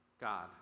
God